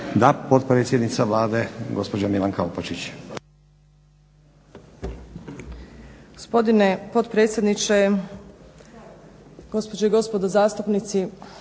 Da. Potpredsjednica Vlade gospođa Milanka Opačić.